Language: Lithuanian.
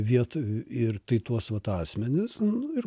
vietų ir tai tuos vat asmenis nu ir